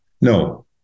No